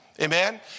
Amen